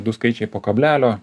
du skaičiai po kablelio